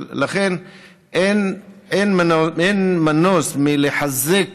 לכן, אין מנוס מלחזק